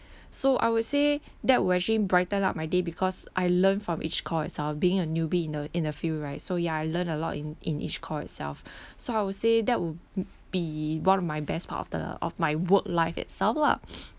so I would say that would actually brighten up my day because I learn from each call itself being a newbie in the in the field right so ya I learn a lot in in each call itself so I would say that would be one of my best part of the of my work life itself lah